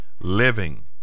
living